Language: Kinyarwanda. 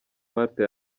marthe